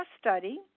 study